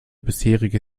bisherigen